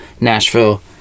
Nashville